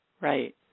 Right